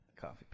Coffee